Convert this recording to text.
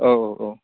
औ औ औ